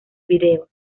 vídeos